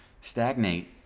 stagnate